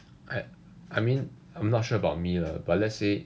I I mean I'm not sure about me lah but let's say